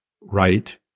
right